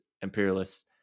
imperialists